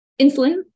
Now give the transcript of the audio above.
insulin